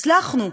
הצלחנו,